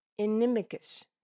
Inimicus